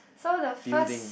so the first